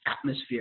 atmosphere